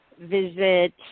visit